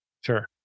Sure